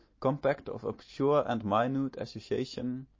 compact of obscure and minute association,